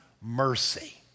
mercy